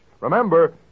Remember